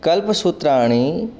कल्पसूत्राणि